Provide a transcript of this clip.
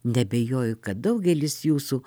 neabejoju kad daugelis jūsų